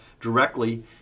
directly